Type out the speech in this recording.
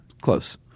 Close